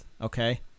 okay